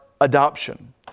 adoption